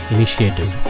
Initiative